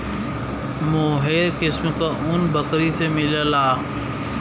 मोहेर किस्म क ऊन बकरी से मिलला